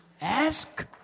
ask